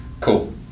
cool